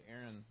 Aaron